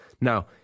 Now